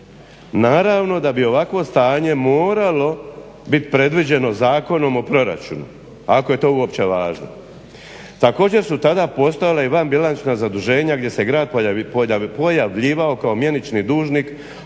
Naravno da bi ovakvo stanje moralo biti predviđeno Zakonom o proračunu ako je to uopće važno. Također su tada postojala i vanbilančna zaduženja gdje se grad pojavljivao kao mjenični dužnik,